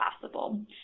possible